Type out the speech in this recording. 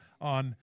on